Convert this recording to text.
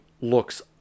looks